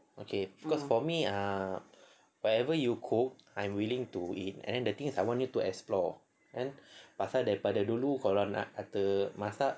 okay because for me ah whatever you cook I'm willing to eat and then the thing is I want you to explore kan pasal daripada dulu kalau nak kata masak